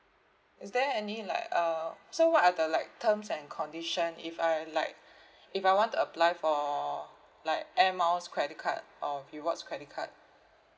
is there any like uh so what are the like terms and condition if I like if I want to apply for like air miles credit card or rewards credit card